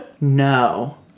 No